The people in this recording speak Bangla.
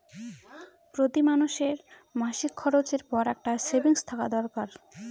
প্রতি মানুষের মাসিক খরচের পর একটা সেভিংস থাকা দরকার